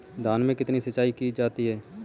धान में कितनी सिंचाई की जाती है?